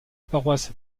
paroisse